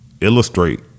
illustrate